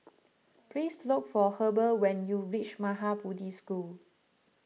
please look for Heber when you reach Maha Bodhi School